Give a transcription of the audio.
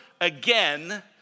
again